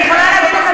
אני לא מפנה אצבע.